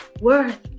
worth